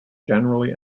generally